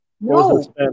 No